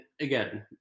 again